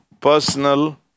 personal